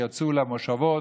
כשיצאו למושבות,